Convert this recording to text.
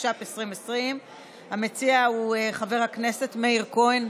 התש"ף 2020. המציע הוא חבר הכנסת מאיר כהן,